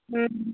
हूँ